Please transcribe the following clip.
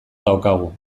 daukagu